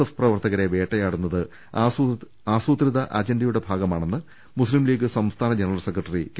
F പ്രവർത്തകരെ വേട്ടയാടുന്നത് ആസൂത്രിത അജ ണ്ടയുടെ ഭാഗമാണെന്ന് മുസ്തിംലീഗ് സംസ്ഥാന ജനറൽ സെക്രട്ടറി കെ